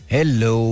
Hello